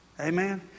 Amen